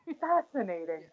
fascinating